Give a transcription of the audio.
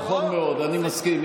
נכון מאוד, אני מסכים.